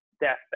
deathbed